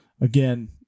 again